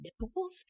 nipples